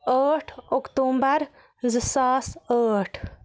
ٲٹھ اکتوٗبر زٕ ساس ٲٹھ